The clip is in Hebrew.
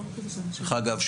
דרך אגב,